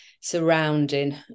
surrounding